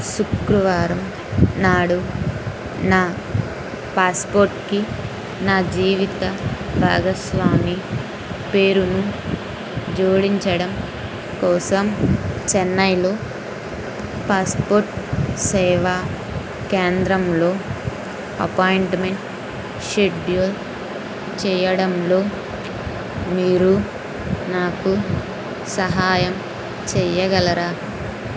శుక్రవారం నాడు నా పాస్పోర్ట్కి నా జీవిత భాగస్వామి పేరును జోడించడం కోసం చెన్నైలో పాస్పోర్ట్ సేవా కేంద్రంలో అపాయింట్మెంట్ షెడ్యూల్ చేయడంలో మీరు నాకు సహాయం చేయగలరా